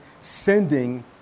sending